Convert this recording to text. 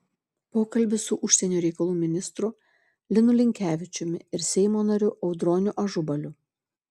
pokalbis su užsienio reikalų ministru linu linkevičiumi ir seimo nariu audroniu ažubaliu